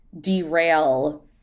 derail